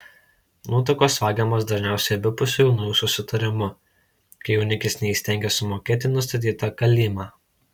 nuotakos vagiamos dažniausiai abipusiu jaunųjų susitarimu kai jaunikis neįstengia sumokėti nustatytą kalymą